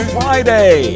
Friday